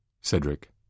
Cedric